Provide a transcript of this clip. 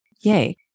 Yay